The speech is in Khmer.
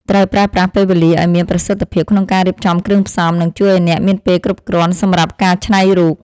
ត្រូវប្រើប្រាស់ពេលវេលាឱ្យមានប្រសិទ្ធភាពក្នុងការរៀបចំគ្រឿងផ្សំ នឹងជួយឱ្យអ្នកមានពេលគ្រប់គ្រាន់សម្រាប់ការច្នៃរូប។